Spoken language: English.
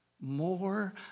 More